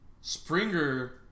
Springer